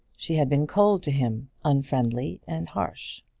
she had been cold to him, unfriendly, and harsh.